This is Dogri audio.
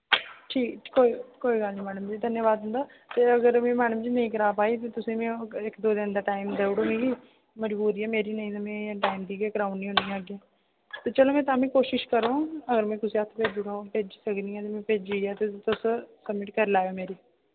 ठीक कोई कोई गल्ल नेईं मैडम जी धन्यावाद तुंदा ते अगर मी मैडम जी मी नेईं करा पाई ते तुसें गी में इक दो दिन दा टाइम देई ओड़ो मिगी मजबूरी ऐ मेरी नेईं ते में टाइम दी कराई ओड़नी आं अग्गें ते चलो में तां बी कोशिश करूङ अगर में कुसै हत्थ भेजी ओड़ां जिंया बी भेजी ऐ ते तुस सबमिट करी लैएओ मेरी